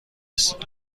ساله